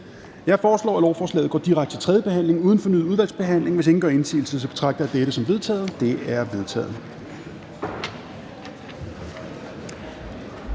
Jeg foreslår, at forslaget går direkte til tredje behandling uden fornyet udvalgsbehandling. Hvis ingen gør indsigelse, betragter jeg dette som vedtaget. Det er vedtaget.